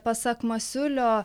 pasak masiulio